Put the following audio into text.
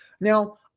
Now